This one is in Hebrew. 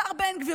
השר בן גביר,